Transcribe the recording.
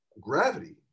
gravity